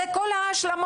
זה כל ההשלמות.